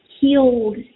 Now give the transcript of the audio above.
healed